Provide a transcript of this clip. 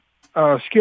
skill